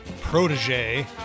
protege